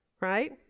right